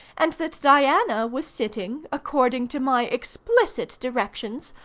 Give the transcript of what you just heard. and that diana was sitting, according to my explicit directions,